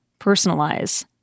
personalize